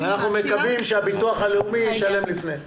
אנחנו מקווים שהביטוח הלאומי ישלם לפני כן.